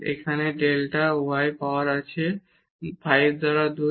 এখানে আমাদের delta y power আছে 5 বাই 2